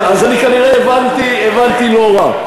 אז אני כמובן הבנתי לא רע.